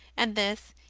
and this,